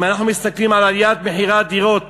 אם אנחנו מסתכלים על עליית מחירי הדירות